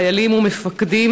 חיילים ומפקדים,